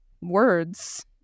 words